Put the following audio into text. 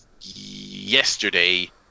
yesterday